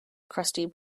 crusty